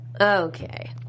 okay